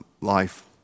life